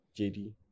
JD